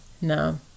No